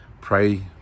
Pray